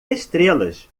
estrelas